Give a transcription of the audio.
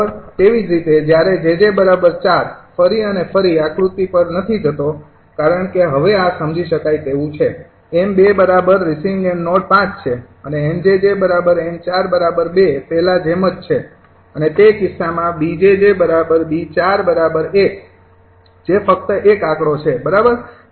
તેવી જ રીતે જ્યારે 𝑗𝑗૪ ફરી અને ફરી આકૃતિ પર નથી જતો કારણ કે આ હવે સમજી શકાય તેવું છે 𝑚૨ રિસીવિંગ એન્ડ નોડ ૫ છે અને 𝑁𝑗𝑗𝑁૪૨ પહેલા જેમ જ છે અને તે કિસ્સામાં 𝐵𝑗𝑗𝐵૪૧ જે ફક્ત 1 આંકડો છે બરાબર